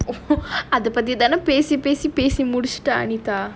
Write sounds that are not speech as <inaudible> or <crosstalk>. <laughs> அத பத்தி தானே பேசி பேசி பேசி முடிச்சிட்டா:adha pathithanae pesi pesi pesi mudichita anita